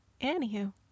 Anywho